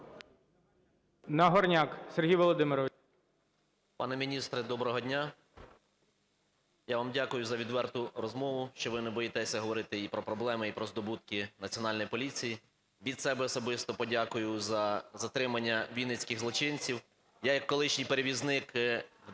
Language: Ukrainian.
Нагорняк Сергій Володимирович.